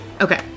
Okay